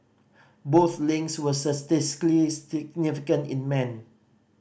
both links were statistically significant in men